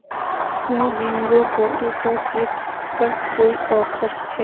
શું Bingo potato chips પર કોઈ ઓફર છે